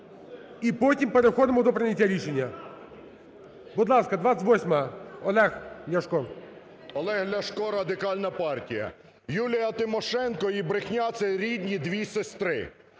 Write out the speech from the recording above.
І потім переходимо до прийняття рішення. Будь ласка, 28-а. Олег Ляшко. 14:05:01 ЛЯШКО О.В. Олег Ляшко, Радикальна партія. Юлія Тимошенко і брехня – це рідні дві сестри.